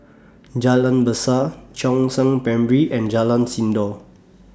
Jalan Besar Chongzheng Primary and Jalan Sindor